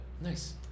Nice